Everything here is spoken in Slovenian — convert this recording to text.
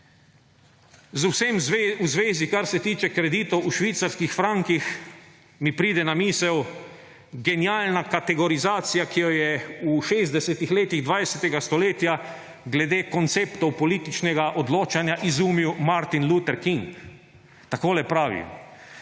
Z vsem v zvezi, kar se tiče kreditov v švicarskih frankih, mi pride na misel genialna kategorizacija, ki jo je v 60. letih 20. stoletja glede konceptov političnega odločanja izumil Martin Luther King. Takole pravi: